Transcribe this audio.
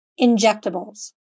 injectables